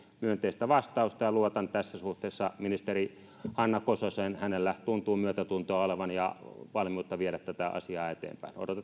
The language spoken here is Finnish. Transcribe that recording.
myönteistä vastausta ja luotan tässä suhteessa ministeri hanna kososeen hänellä tuntuu olevan myötätuntoa ja valmiutta viedä tätä asiaa eteenpäin